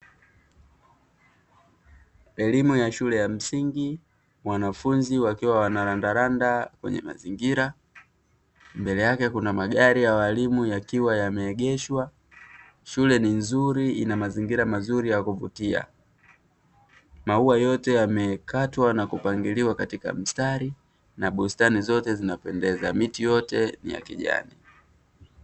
Elimu ya shule ya msingi wanafunzi wakiwa Wana randaranda kwenye mazingira mbele yake kuna magari ya walimu yakiwa yameegeshwa shule ni nzuri ina mazingira mazuri ya kuvutia. Maua yote yamekatwa na kupangiliwa katika mstari na bustani zote zinapendeza miti yote ni ya kijani.